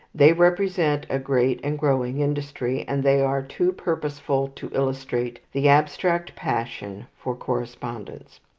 they represent a great and growing industry, and they are too purposeful to illustrate the abstract passion for correspondence.